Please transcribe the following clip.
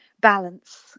balance